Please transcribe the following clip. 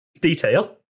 detail